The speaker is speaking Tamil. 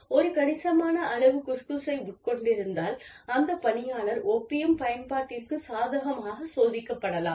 ஒரு கணிசமான அளவு குஸ் குஸை உட்கொண்டிருந்தால் அந்த பணியாளர் ஒப்பியம் பயன்பாட்டிற்குச் சாதகமாகச் சோதிக்கப்படலாம்